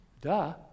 Duh